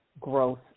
growth